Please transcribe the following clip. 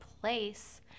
place